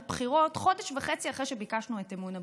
בחירות חודש וחצי אחרי שביקשנו את אמון הבוחר.